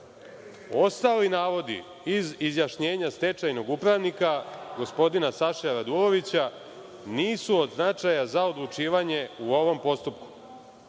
Ostali navodi iz izjašnjenja stečajnog upravnika, gospodina Saše Radulovića, nisu od značaja za odlučivanje u ovom postupku.